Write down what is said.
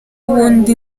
ubundi